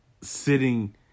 sitting